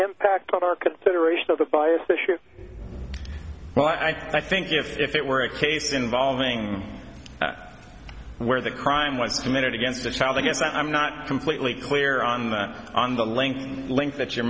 impact on our consideration of the bias issue well i think if it were a case involving where the crime was committed against the child i guess i'm not completely clear on that on the link link that you're